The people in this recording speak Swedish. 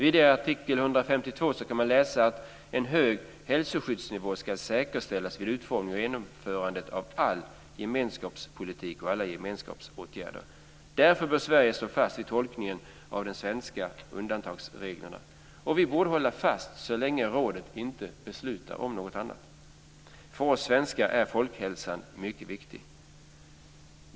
I artikel 152 kan man vidare läsa att en hög hälsoskyddsnivå ska säkerställas vid utformningen och genomförandet av all gemenskapspolitik och alla gemenskapspåtgärder. Därför bör Sverige stå fast vid tolkningen av de svenska undantagsreglerna, och vi borde hålla fast vid dem så länge rådet inte beslutar om något annat. För oss svenskar är folkhälsan mycket viktig.